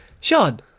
Sean